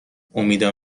امیدم